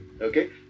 Okay